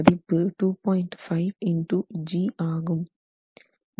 5 x g ஆகும்